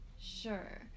Sure